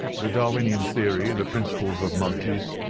the darwinian theory, the principles of malthus,